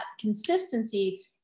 consistency